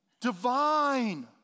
Divine